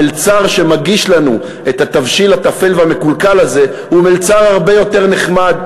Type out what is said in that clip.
המלצר שמגיש לנו את התבשיל התפל והמקולקל הזה הוא מלצר הרבה יותר נחמד,